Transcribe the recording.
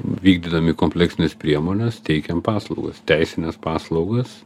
vykdydami kompleksines priemones teikiam paslaugas teisines paslaugas